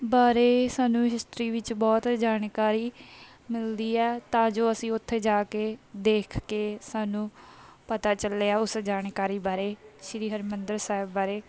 ਬਾਰੇ ਸਾਨੂੰ ਹਿਸਟਰੀ ਵਿੱਚ ਬਹੁਤ ਜਾਣਕਾਰੀ ਮਿਲਦੀ ਹੈ ਤਾਂ ਜੋ ਅਸੀਂ ਉੱਥੇ ਜਾ ਕੇ ਦੇਖ ਕੇ ਸਾਨੂੰ ਪਤਾ ਚੱਲਿਆ ਉਸ ਜਾਣਕਾਰੀ ਬਾਰੇ ਸ਼੍ਰੀ ਹਰਿਮੰਦਰ ਸਾਹਿਬ ਬਾਰੇ